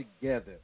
together